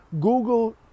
Google